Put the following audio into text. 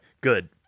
good